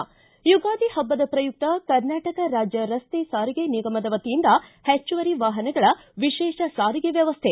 ಿ ಯುಗಾದಿ ಹಬ್ಬದ ಪ್ರಯುಕ್ತ ಕರ್ನಾಟಕ ರಾಜ್ಯ ರಸ್ತೆ ಸಾರಿಗೆ ನಿಗಮದ ವತಿಯಿಂದ ಹೆಚ್ಚುವರಿ ವಾಹನಗಳ ವಿಶೇಷ ಸಾರಿಗೆ ವ್ಯವಸ್ಥೆ